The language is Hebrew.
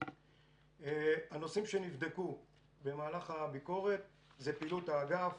הנושאים שנבדקו במהלך הביקורת זה פעילות האגף,